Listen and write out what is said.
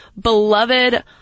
beloved